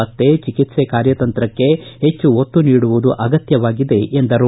ಪತ್ತೆ ್ಚಿಕಿತ್ಸೆ ಕಾರ್ಯತಂತ್ರಕ್ಕೆ ಹೆಚ್ಚು ಒತ್ತು ನೀಡುವುದು ಅಗತ್ತವಾಗಿದೆ ಎಂದರು